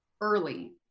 early